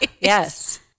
Yes